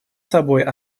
собой